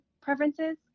preferences